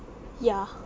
yeah